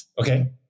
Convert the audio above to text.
Okay